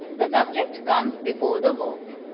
the subject comes before the verb.